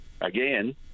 Again